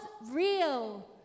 real